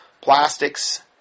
plastics